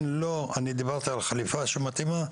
דיברתי על חליפה שמתאימה.